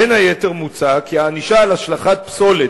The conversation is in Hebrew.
בין היתר מוצע כי הענישה על השלכת פסולת,